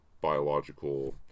biological